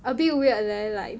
a bit weird leh like